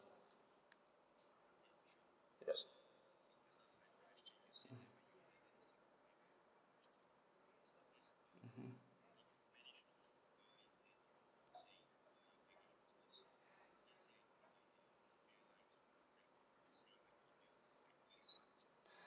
yes mm